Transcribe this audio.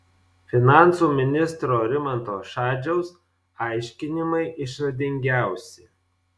finansų ministro rimanto šadžiaus aiškinimai išradingiausi